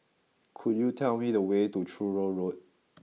could you tell me the way to Truro Road